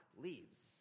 leaves